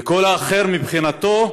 וכל אחר מבחינתו,